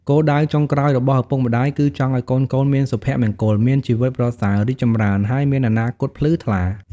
គោលដៅចុងក្រោយរបស់ឪពុកម្ដាយគឺចង់ឲ្យកូនៗមានសុភមង្គល មានជីវិតប្រសើរ រីកចម្រើន ហើយមានអនាគតភ្លឺថ្លា។